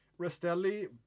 Restelli